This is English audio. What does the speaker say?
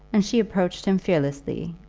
and she approached him fearlessly,